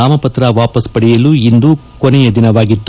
ನಾಮಪತ್ರ ವಾಪಸ್ ಪಡೆಯಲು ಇಂದು ಕೊನೆಯ ದಿನವಾಗಿತ್ತು